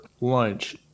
lunch